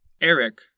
Eric